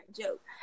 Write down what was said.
joke